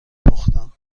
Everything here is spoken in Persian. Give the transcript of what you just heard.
پختم